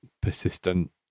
persistent